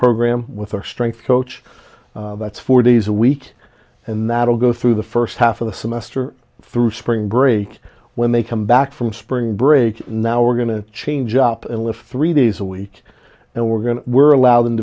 program with our strength coach that's four days a week and that'll go through the first half of the semester through spring break when they come back from spring break now we're going to change up and lift three days a week and we're going to we're allowed in